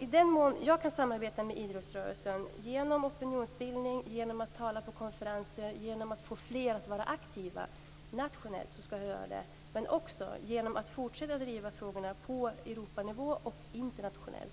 I den mån jag kan samarbeta med idrottsrörelsen genom opinionsbildning, genom att tala på konferenser och genom att få fler att vara aktiva nationellt skall jag göra det, men jag skall också fortsätta att driva frågorna på Europanivå och internationellt.